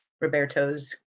Roberto's